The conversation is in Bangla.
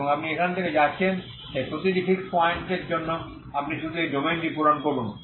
এবং আপনি এখান থেকে যাচ্ছেন তাই প্রতিটি ফিক্স পয়েন্টের জন্য আপনি শুধু এই ডোমেইনটি পূরণ করুন